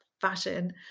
fashion